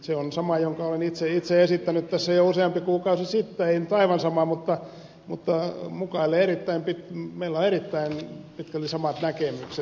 se on sama jonka olen itse esittänyt tässä jo useampi kuukausi sitten ei nyt aivan sama mutta meillä on erittäin pitkälti samat näkemykset